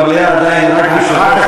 במליאה עדיין רק היושב-ראש נותן את המיקרופון.